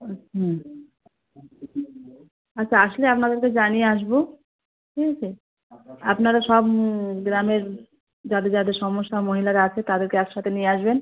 হুম হুম আচ্ছা আসলে আপনাদেরকে জানিয়ে আসবো ঠিক আছে আপনারা সব গ্রামের যাদের যাদের সমস্যা মহিলারা আছে তাদেরকে এক সাথে নিয়ে আসবেন